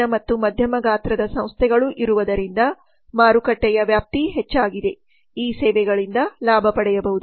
ಸಣ್ಣ ಮತ್ತು ಮಧ್ಯಮ ಗಾತ್ರದ ಸಂಸ್ಥೆಗಳು ಇರುವುದರಿಂದ ಮಾರುಕಟ್ಟೆಯ ವ್ಯಾಪ್ತಿ ಹೆಚ್ಚಾಗಿದೆ ಈ ಸೇವೆಗಳಿಂದ ಲಾಭ ಪಡೆಯಬಹುದು